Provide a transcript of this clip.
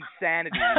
insanity